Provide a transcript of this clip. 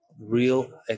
real